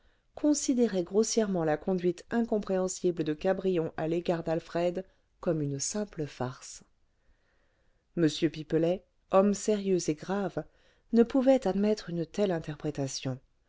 considérait grossièrement la conduite incompréhensible de cabrion à l'égard d'alfred comme une simple farce m pipelet homme sérieux et grave ne pouvait admettre une telle interprétation